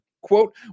Quote